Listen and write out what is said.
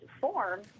form